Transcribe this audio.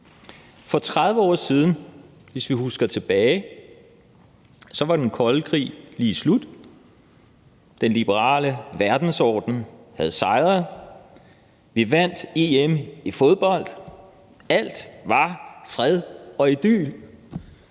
For 30 år siden, hvis vi husker tilbage, var den kolde krig lige slut, den liberale verdensorden havde sejret, vi vandt EM i fodbold – alt var fred og idyl.